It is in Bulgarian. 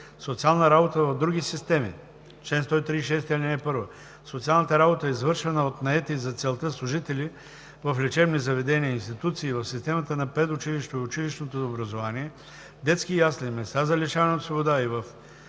„Социална работа в други системи Чл. 136. (1) Социалната работа, извършвана от наети за целта служители в лечебни заведения, институции в системата на предучилищното и училищното образование, детски ясли, места за лишаване от свобода и в